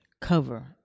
cover